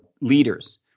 leaders